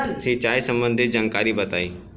सिंचाई संबंधित जानकारी बताई?